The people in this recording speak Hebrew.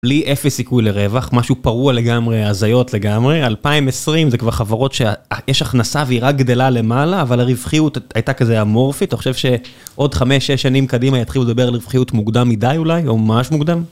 בלי אפס סיכוי לרווח, משהו פרוע לגמרי, הזיות לגמרי. 2020 זה כבר חברות שיש הכנסה והיא רק גדלה למעלה, אבל הרווחיות הייתה כזה אמורפית. אתה חושב שעוד 5-6 שנים קדימה יתחילו לדבר על רווחיות מוקדם מדי אולי? או ממש מוקדם?